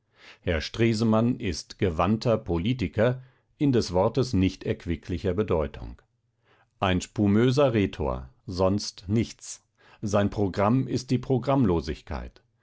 herr stresemann ist gewandter politiker in des wortes nicht erquicklicher bedeutung ein spumöser rhetor sonst nichts sein programm ist die programmlosigkeit